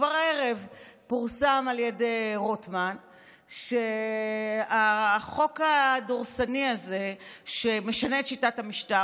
כבר הערב פורסם על ידי רוטמן שהחוק הדורסני הזה שמשנה את שיטת המשטר,